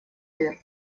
дыр